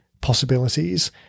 possibilities